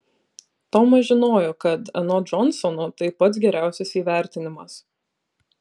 tomas žinojo kad anot džonsono tai pats geriausias įvertinimas